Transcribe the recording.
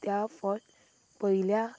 त्या फर्स्ट पयल्या